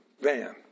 van